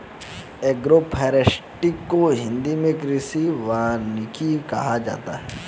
agroforestry को हिंदी मे कृषि वानिकी कहा जाता है